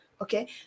Okay